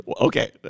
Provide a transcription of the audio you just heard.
Okay